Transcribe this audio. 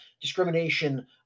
discrimination